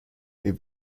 den